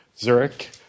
Zurich